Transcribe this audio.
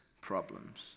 problems